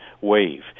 wave